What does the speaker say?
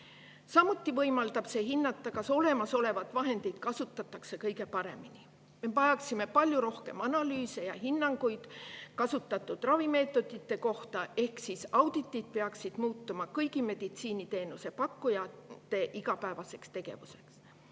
Samuti võimaldab see hinnata, kas olemasolevaid vahendeid kasutatakse kõige paremini. Me vajaksime palju rohkem analüüse ja hinnanguid kasutatud ravimeetodite kohta ehk auditid peaksid muutuma kõigi meditsiiniteenuse pakkujate igapäevaseks tegevuseks.